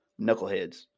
knuckleheads